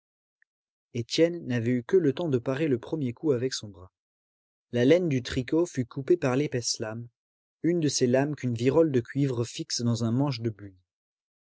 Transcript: étienne n'avait eu que le temps de parer le premier coup avec son bras la laine du tricot fut coupée par l'épaisse lame une de ces lames qu'une virole de cuivre fixe dans un manche de buis